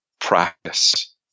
practice